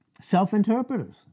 Self-interpreters